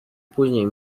później